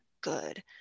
good